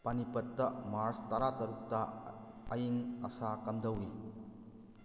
ꯄꯥꯅꯤꯄꯠꯇ ꯃꯥꯔꯁ ꯇꯔꯥꯇꯔꯨꯛꯇ ꯑꯏꯡ ꯑꯁꯥ ꯀꯝꯗꯧꯏ